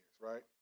right